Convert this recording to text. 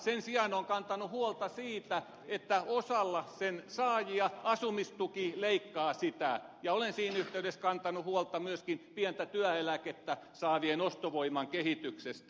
sen sijaan olen kantanut huolta siitä että osalla sen saajia asumistuki leikkaa sitä ja olen siinä yhteydessä kantanut huolta myöskin pientä työeläkettä saavien ostovoiman kehityksestä